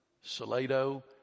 Salado